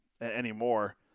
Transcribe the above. Anymore